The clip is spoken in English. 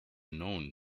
known